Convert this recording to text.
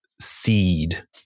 seed